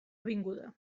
avinguda